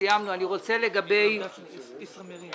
אין תקנות מס רכוש וקרן פיצויים (תשלום פיצויים) (נזק מלחמה ונזק עקיף)